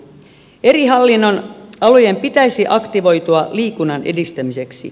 eri hallinnonalojen pitäisi aktivoitua liikunnan edistämiseksi